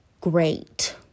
great